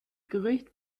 gerücht